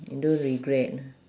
you don't regret